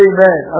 Amen